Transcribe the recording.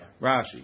Rashi